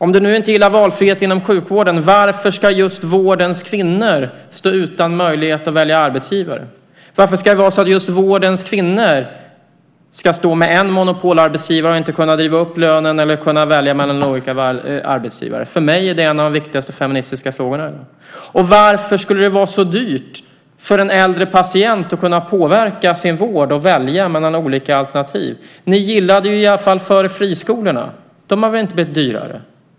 Om du nu inte gillar valfrihet inom sjukvården, varför ska just vårdens kvinnor stå utan möjlighet att välja arbetsgivare? Varför ska det vara så att just vårdens kvinnor ska stå med en monopolarbetsgivare och inte kunna driva upp lönen eller välja mellan olika arbetsgivare? För mig är det en av de viktigaste feministiska frågorna. Och varför skulle det vara så dyrt att låta en äldre patient att kunna påverka sin vård och välja mellan olika alternativ? Ni gillade ju, i alla fall förr, friskolorna. De har väl inte blivit dyrare?